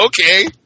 Okay